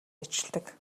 ажилладаг